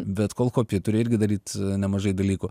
bet kol kopi turi irgi daryt nemažai dalykų